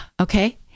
Okay